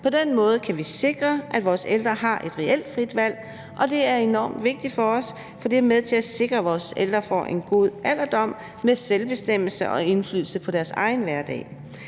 På den måde kan vi sikre, at vores ældre har et reelt frit valg, og det er enormt vigtigt for os, for det er med til at sikre, at vores ældre får en god alderdom med selvbestemmelse og indflydelse på deres egen hverdag.